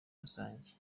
rusange